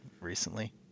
recently